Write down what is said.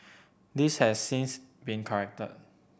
this has since been corrected